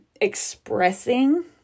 expressing